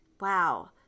Wow